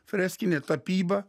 freskine tapyba